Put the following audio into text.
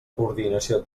coordinació